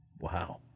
Wow